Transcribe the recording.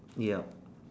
ya